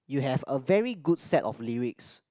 you have a very good set of lyrics